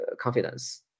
confidence